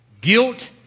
guilt